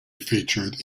featured